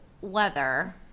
weather